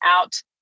out